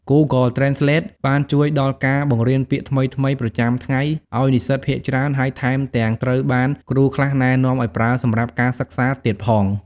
Google Translate បានជួយដល់ការបង្រៀនពាក្យថ្មីៗប្រចាំថ្ងៃឲ្យនិស្សិតភាគច្រើន ហើយថែមទាំងត្រូវបានគ្រូខ្លះណែនាំឱ្យប្រើសម្រាប់ការសិក្សាទៀតផង។